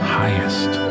highest